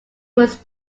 was